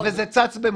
שוב אנחנו חוזרים,